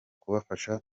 kubafasha